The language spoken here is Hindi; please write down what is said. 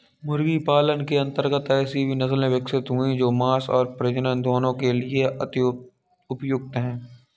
मुर्गी पालन के अंतर्गत ऐसी भी नसले विकसित हुई हैं जो मांस और प्रजनन दोनों के लिए अति उपयुक्त हैं